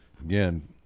again